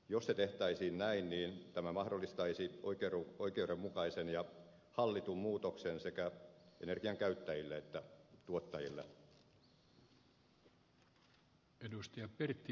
jos se tehtäisiin näin niin tämä mahdollistaisi oikeudenmukaisen ja hallitun muutoksen sekä energiankäyttäjille että tuottajille